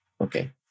okay